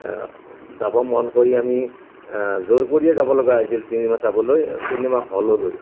যাব মন কৰি আমি জোৰ কৰিয়ে যাবলগা হৈছিল চিনেমা চাবলৈ চিনেমা হললৈ